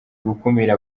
gukumira